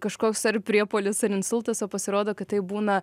kažkoks ar priepuolis ar insultas o pasirodo kad tai būna